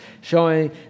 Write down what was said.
showing